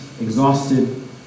exhausted